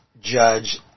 judge